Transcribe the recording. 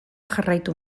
jarraitu